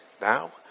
now